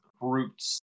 roots